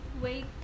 wait